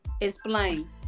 Explain